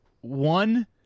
one